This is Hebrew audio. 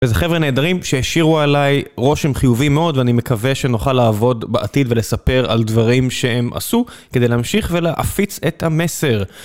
איזה חבר'ה נהדרים שהשאירו עליי רושם חיובי מאוד ואני מקווה שנוכל לעבוד בעתיד ולספר על דברים שהם עשו כדי להמשיך ולהפיץ את המסר.